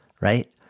right